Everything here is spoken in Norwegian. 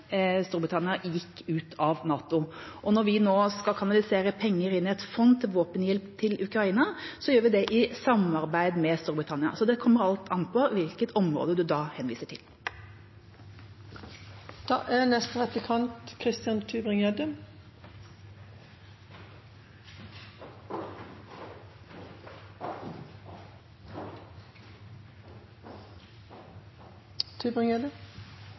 Storbritannia gikk ut av NATO. Når vi nå skal kanalisere penger inn i et fond til våpenhjelp til Ukraina, gjør vi det i samarbeid med Storbritannia. Så alt kommer an på hvilket område representanten henviser